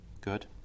Good